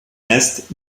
meist